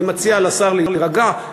אני מציע לשר להירגע,